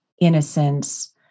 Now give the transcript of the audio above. innocence